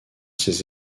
ces